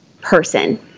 person